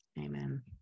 Amen